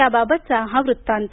त्याबाबतचा हा वृत्तांत